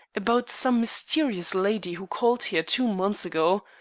about some mysterious lady who called here two months ago.